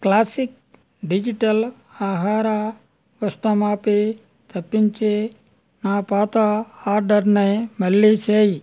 classic digital ఆహార ఉష్ణమాపి తప్పించి నా పాత ఆర్డరుని మళ్ళీ చేయి